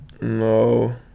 No